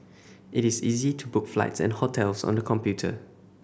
it is easy to book flights and hotels on the computer